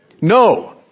No